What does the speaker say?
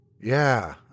Yeah